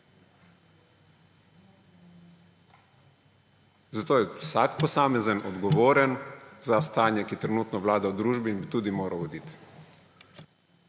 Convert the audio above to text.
Zato je vsak posamezen odgovoren za stanje, ki trenutno vlada v družbi, in bi tudi mora oditi.